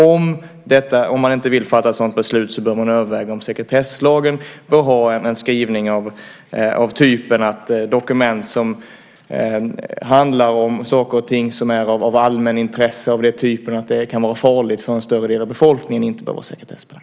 Om regeringen inte vill fatta ett sådant beslut bör vi överväga om sekretesslagen bör ha en skrivning om att dokument som berör sådant som kan vara farligt för större delen av befolkningen inte bör vara sekretessbelagda.